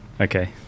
Okay